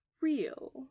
real